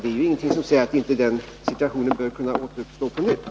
Det är ju ingenting som säger att den situationen inte kan uppstå på nytt.